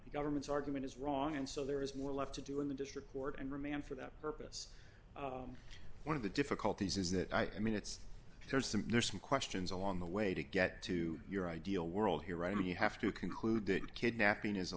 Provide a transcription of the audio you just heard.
government's argument is wrong and so there is more left to do in the district court and remand for that purpose one of the difficulties is that i mean it's there's some there's some questions along the way to get to your ideal world here right i mean you have to concluded kidnapping is a